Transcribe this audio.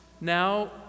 Now